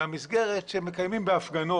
במסגרת שמקיימים בהפגנות.